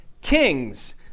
kings